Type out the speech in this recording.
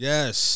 Yes